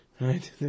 right